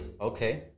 Okay